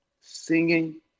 Singing